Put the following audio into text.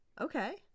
Okay